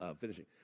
finishing